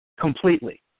Completely